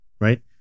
right